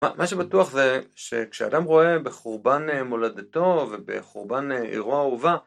מה מה שבטוח זה שכשאדם רואה בחורבן מולדתו ובחורבן אירוע אהובה